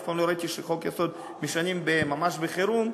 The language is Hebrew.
אף פעם לא ראיתי שחוק-יסוד משנים ממש בחירום,